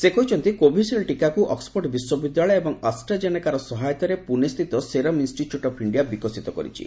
ସେ କହିଛନ୍ତି କୋଭିସିଲ୍ଡ୍ ଟୀକାକୁ ଅକ୍ୱଫୋର୍ଡ଼ ବିଶ୍ୱବିଦ୍ୟାଳୟ ଏବଂ ଆଷ୍ଟ୍ରା ଜେନେକାର ସହାୟତାରେ ପୁଣେ ସ୍ଥିତ ସେରମ୍ ଇନ୍ଷ୍ଟିଚ୍ୟୁଟ୍ ଅଫ୍ ଇଣ୍ଡିଆ ବିକଶିତ କରିଛି